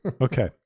Okay